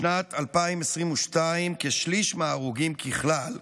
בשנת 2022 כשליש מההרוגים ככלל,